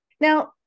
now